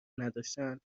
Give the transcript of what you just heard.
نداشتن